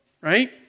Right